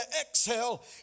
exhale